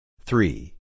Three